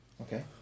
Okay